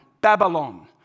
Babylon